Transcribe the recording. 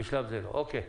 אוקיי.